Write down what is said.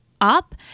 up